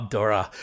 Dora